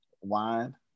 wine